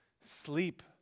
Sleep